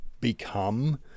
become